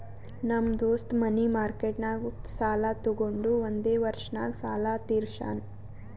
ನಮ್ ದೋಸ್ತ ಮನಿ ಮಾರ್ಕೆಟ್ನಾಗ್ ಸಾಲ ತೊಗೊಂಡು ಒಂದೇ ವರ್ಷ ನಾಗ್ ಸಾಲ ತೀರ್ಶ್ಯಾನ್